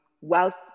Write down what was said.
whilst